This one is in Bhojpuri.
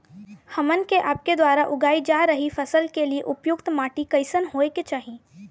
हमन के आपके द्वारा उगाई जा रही फसल के लिए उपयुक्त माटी कईसन होय के चाहीं?